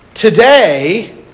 Today